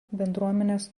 bendruomenės